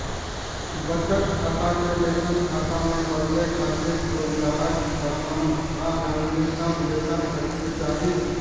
बचत खाता कें वेतन खाता मे बदलै खातिर रोजगारक प्रमाण आ नवीनतम वेतन पर्ची चाही